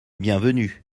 bienvenu